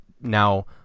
now